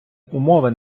умови